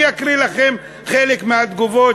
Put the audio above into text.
אני אקריא לכם חלק מהתגובות,